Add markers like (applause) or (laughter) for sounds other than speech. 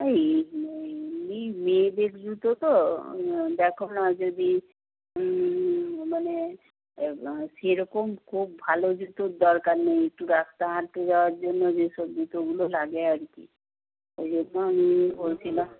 এই (unintelligible) এমনি মেয়েদের জুতো তো দেখো না যদি মানে (unintelligible) সেরকম খুব ভালো জুতোর দরকার নেই একটু রাস্তায় হাঁটতে যাওয়ার জন্য যে সব জুতোগুলো লাগে আর কি ওই জন্য আমি বলছিলাম